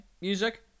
music